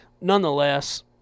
Nonetheless